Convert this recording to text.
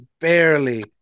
barely